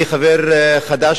אני חבר חדש,